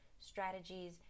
strategies